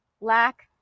lack